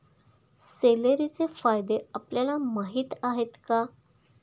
सेलेरीचे फायदे आपल्याला माहीत आहेत का?